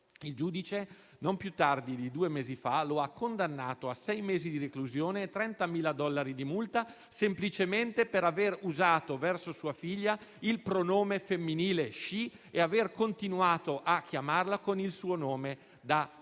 Il giudice, non più tardi di due mesi fa, lo ha condannato a sei mesi di reclusione e a 30.000 dollari di multa semplicemente per aver usato verso sua figlia il pronome femminile *she* e aver continuato a chiamarla con il suo nome da bambina.